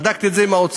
בדקתי את זה עם האוצר,